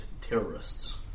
terrorists